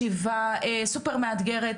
ישיבה סופר מאתגרת,